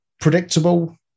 predictable